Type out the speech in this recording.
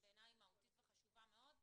שהיא בעיניי מהותית וחשובה מאוד,